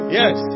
yes